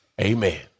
Amen